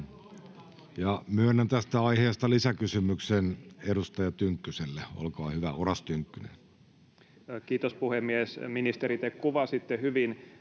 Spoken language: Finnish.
Myönnän tästä aiheesta lisäkysymyksen edustaja Tynkkyselle, olkaa hyvä. Oras Tynkkynen. Kiitos puhemies! Ministeri, te kuvasitte hyvin